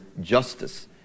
justice